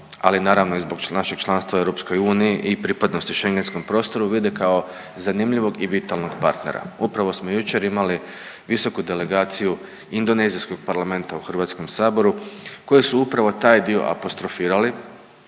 ali naravno i zbog našeg članstva EU i pripadnosti Schengenskom prostoru vide kao zanimljivog i vitalnog partnera. Upravo smo jučer imali visoku delegaciju indonezijskog Parlamenta u Hrvatskom saboru koji su upravo taj dio apostrofirali.